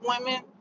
women